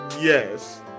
yes